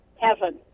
heaven